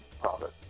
profit